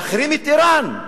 להחרים את אירן.